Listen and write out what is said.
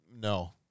no